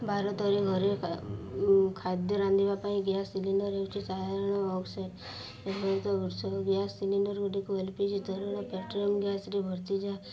ଭାରତରେ ଘରେ ଖାଦ୍ୟ ରାନ୍ଧିବା ପାଇଁ ଗ୍ୟାସ୍ ସିଲିଣ୍ଡର ହେଉଛି ଏ ବହୁତ ଉତ୍ସ ଗ୍ୟାସ୍ ସିଲିଣ୍ଡରଗୁଡ଼ିକୁ ଏଲ୍ ପି ଜି ଧରଣ ପେଟ୍ରୋଲିୟମ୍ ଗ୍ୟାସ୍ ଭର୍ତ୍ତିଯାଏ